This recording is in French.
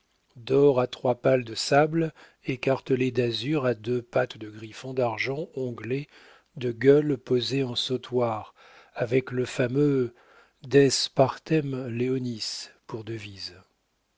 d'or à trois pals de sable écartelé d'azur à deux pates de griffon d'argent onglées de gueules posées en sautoir avec le fameux des partem leonis pour devise